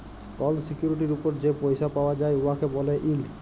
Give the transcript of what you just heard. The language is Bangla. কল সিকিউরিটির উপর যে পইসা পাউয়া যায় উয়াকে ব্যলে ইল্ড